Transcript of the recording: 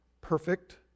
perfect